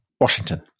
Washington